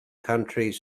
countries